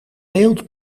beeld